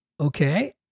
Okay